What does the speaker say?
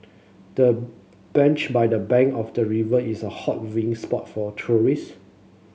the bench by the bank of the river is a hot viewing spot for tourists